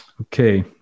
okay